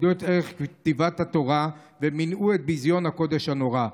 כבדו את ערך כתיבת התורה ומנעו את ביזיון הקודש הנורא.